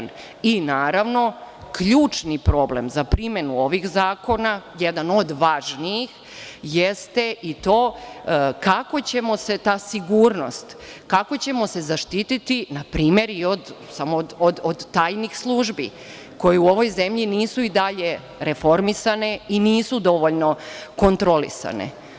Naravno, ključni problem za primenu ovih zakona, jedan od važnijih, jeste ta sigurnost, kako ćemo se zaštititi, na primer, od tajnih službi, koje u ovoj zemlji nisu i dalje reformisane i nisu dovoljno kontrolisane?